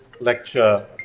lecture